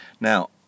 Now